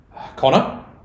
Connor